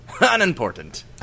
Unimportant